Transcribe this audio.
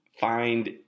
find